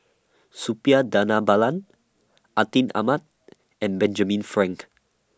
Suppiah Dhanabalan Atin Amat and Benjamin Frank